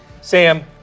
Sam